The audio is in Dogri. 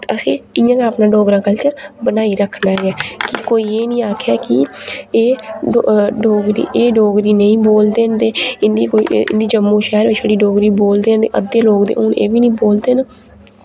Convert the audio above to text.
असें इ'यां गै अपना डोगरा कल्चर बनाई रक्खना ऐ कि कोई एह् निं आखे की एह् डो डोगरी एह् डोगरी नेईं बोलदे न ते इ'नें कोई इ'नें जम्मू शैह्र छड़ी डोगरी बोलदे न ते अद्दे लोक ते हून एह् बी नेईं बोलदे न